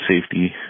safety